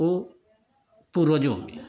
वो पूर्वजों